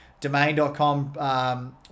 domain.com